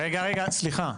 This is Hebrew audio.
רגע, רגע, סליחה.